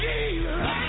Jesus